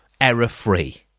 error-free